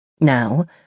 Now